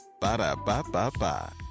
Ba-da-ba-ba-ba